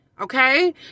Okay